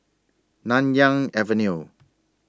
Nanyang Avenue